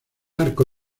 arco